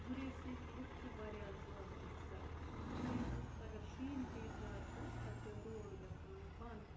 گُریزِکۍ لُکھ چھِ واریاہ زیادٕ اصل گُریزَس اگر شیٖن پیٚیہِ زیادٕ تَتہِ چھُ روڑ گَژھان بَنٛد